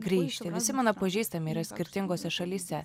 grįžti visi mano pažįstami yra skirtingose šalyse